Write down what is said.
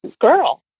girl